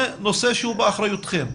זה נושא שהוא באחריותכם.